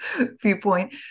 viewpoint